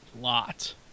lot